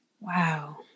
Wow